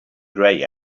grey